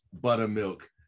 buttermilk